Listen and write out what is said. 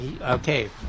okay